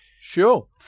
Sure